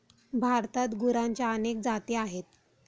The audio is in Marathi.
भारतात गुरांच्या अनेक जाती आहेत